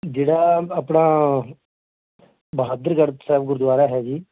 ਜਿਹੜਾ ਆ ਆਪਣਾ ਬਹਾਦਰਗੜ੍ਹ ਸਾਹਿਬ ਗੁਰਦੁਆਰਾ ਹੈ ਜੀ